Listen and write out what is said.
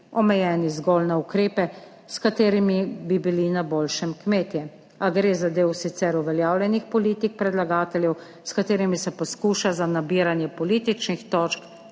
omejeni zgolj na ukrepe, s katerimi bi bili na boljšem kmetje. A gre za del sicer uveljavljenih politik predlagateljev, s katerimi se poskuša za nabiranje političnih točk